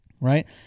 Right